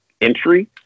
entry